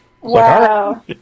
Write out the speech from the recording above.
Wow